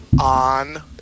on